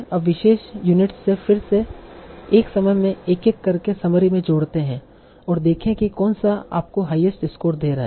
अब शेष यूनिट्स से फिर से एक समय में एक एक करके समरी में जोड़ते रहें और देखें कि कौन सा आपको हाईएस्ट स्कोर दे रहा है